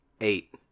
eight